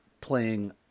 playing